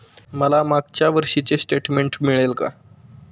मला मागच्या वर्षीचे स्टेटमेंट मिळेल का?